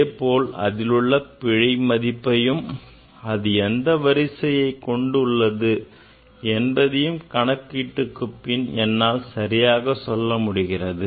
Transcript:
அதேபோல் அதில் உள்ள பிழையின் மதிப்பையும் அது எந்த மதிப்பு வரிசையை கொண்டுள்ளது என்பதையும் கணக்கிட்டுக்குப்பின் என்னால் சரியாக சொல்ல முடிகிறது